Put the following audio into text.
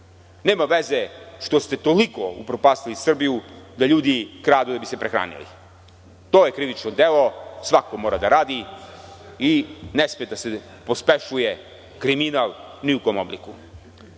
Nema veze što ste toliko upropastili Srbiju da ljudi kradu da bi se prehranili. To je krivično delo. Svako mora da radi i ne sme da se pospešuje kriminal ni u kom obliku. Sada